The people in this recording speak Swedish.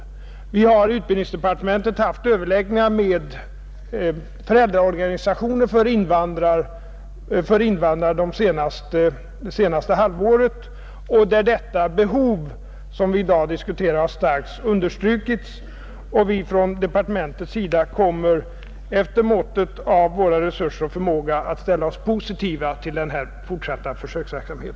Vi har i utbildningsdepartementet haft överläggningar med föräldraorganisationer för invandrare det senaste halvåret, där detta behov, som vi i dag diskuterar, starkt har understrukits, Från departementets sida kommer vi efter måttet av resurser och förmåga att ställa oss positiva till denna fortsatta försöksverksamhet.